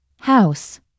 House